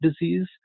disease